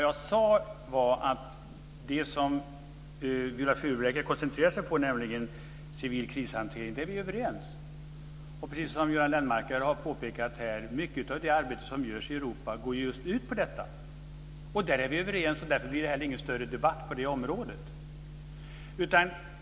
Jag sade att det som Viola Furubjelke koncentrerade sig på, civil krishantering, är vi överens om. Precis som Göran Lennmarker har påpekat här går mycket av det arbete som görs i Europa ut på detta. Där är vi överens, och därför blir det ingen större debatt på det området.